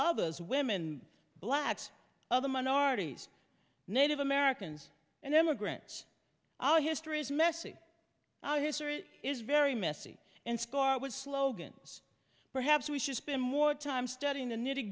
others women blacks other minorities native americans and immigrants all history is messy our history is very messy and score with slogans perhaps we should spend more time studying the nitty